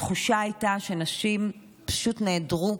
התחושה הייתה שנשים פשוט נעדרות,